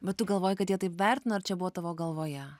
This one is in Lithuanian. bet tu galvojai kad jie taip vertina ar čia buvo tavo galvoje